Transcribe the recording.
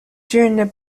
during